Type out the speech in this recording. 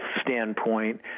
standpoint